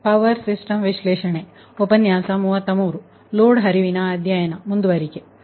load flow ಅಧ್ಯಯನ ಮುಂದುವರಿಕೆ ಸರಿ